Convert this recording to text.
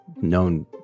known